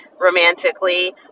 romantically